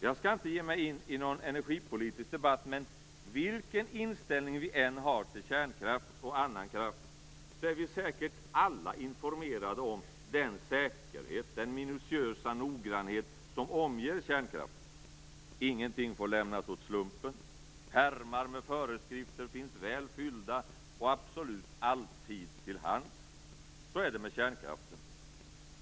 Jag skall inte ge mig in i någon energipolitisk debatt, men vilken inställning vi än har till kärnkraft och annan kraft är vi säkert alla informerade om den säkerhet, den minutiösa noggrannhet, som omger kärnkraften. Ingenting får lämnas åt slumpen. Pärmar med föreskrifter finns väl fyllda och absolut alltid till hands. Så är det med kärnkraften.